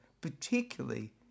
particularly